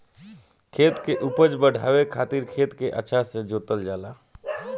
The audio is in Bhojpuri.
खेत के उपज बढ़ावे खातिर खेत के अच्छा से जोतल जाला